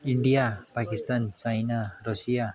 India Pakistan China Russia